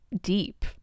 deep